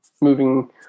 moving